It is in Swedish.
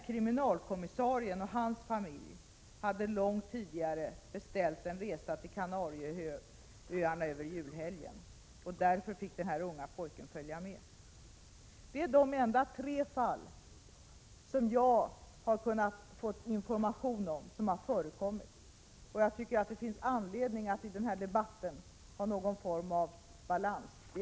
Kriminalkommissarien och hans familj hade långt tidigare beställt en resa över julhelgen till Kanarieöarna. Därför fick den unga pojken följa med. Dessa tre fall är de enda som har förekommit och som jag har kunnat få information om. Det finns anledning att i denna debatt skapa någon form av balans.